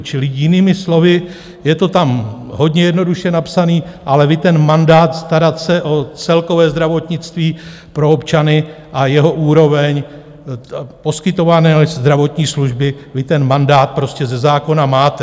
Čili jinými slovy, je to tam hodně jednoduše napsané, ale vy ten mandát starat se o celkové zdravotnictví pro občany a jeho úroveň poskytované zdravotní služby, vy ten mandát prostě ze zákona máte.